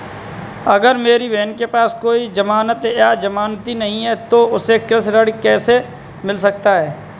अगर मेरी बहन के पास कोई जमानत या जमानती नहीं है तो उसे कृषि ऋण कैसे मिल सकता है?